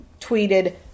tweeted